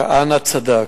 כהנא צדק.